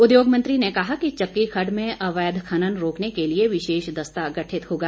उद्योग मंत्री ने कहा कि चक्की खड्ड में अवैध खनन रोकने के लिए विशेष दस्ता गठित होगा